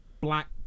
black